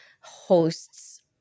hosts